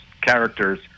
characters